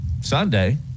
Sunday